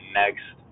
next